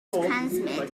transmit